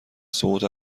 سقوط